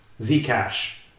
Zcash